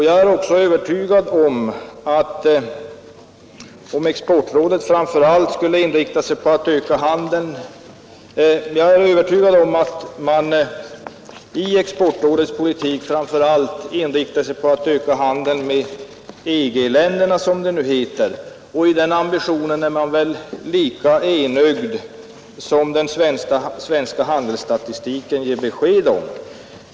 Jag är också övertygad om att exportrådets politik framför allt inriktar sig på att öka handeln med EG-länderna, som det nu heter. I den ambitionen är man väl lika enögd som den svenska handelsstatistiken ger besked om.